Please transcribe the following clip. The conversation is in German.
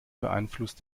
beeinflusst